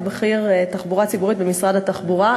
בכיר תחבורה ציבורית במשרד התחבורה,